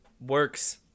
Works